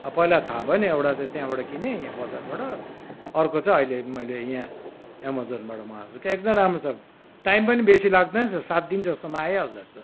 आ पहिला थाहा भएन एउटा चाहिँ त्यहाँबाट किनेँ यहाँ बजारबाट अर्को चाहिँ अहिले मैले यहाँ एमाजोनबाट मगाएको छु कहाँ एकदम राम्रो छ टाइम पनि बेसी लाग्दैन स सात दिन जस्तोमा आइहाल्दो रहेछ